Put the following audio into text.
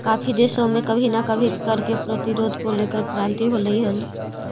काफी देशों में कभी ना कभी कर के प्रतिरोध को लेकर क्रांति होलई हल